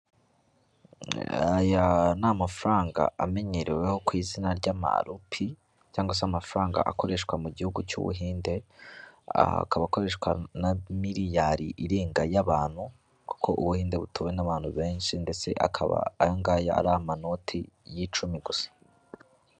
Aya ni mafaranga amenyereweho ku izina ry'amaropi cyangwa se amafaranga akoreshwa mu gihugu cy'Ubuhinde, akaba akoreshwa na miliyari irenga y'abantu kuko Ubuhinde butuwe n'abantu benshi ndetse akaba aya ngaya ari amanoti y'icumi gusa.